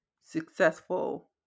successful